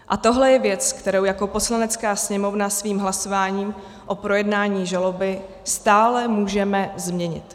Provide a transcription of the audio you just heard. A tohle je věc, kterou jako Poslanecká sněmovna svým hlasováním o projednání žaloby stále můžeme změnit.